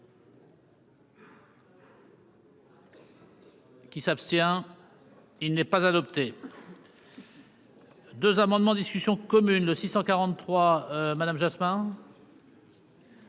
Qui s'abstient, il n'est pas adopté. 2 amendements en discussion commune le 643 madame Jospin.